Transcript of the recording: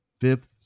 fifth